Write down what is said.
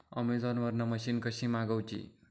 Amazon वरन machine कशी मागवची?